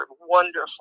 wonderful